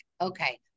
okay